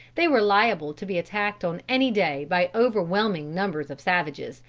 they were liable to be attacked on any day by overwhelming numbers of savages,